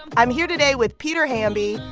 i'm here today with peter hamby,